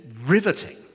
riveting